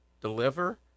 deliver